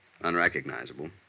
Unrecognizable